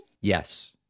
Yes